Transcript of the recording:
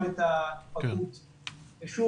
ושוב,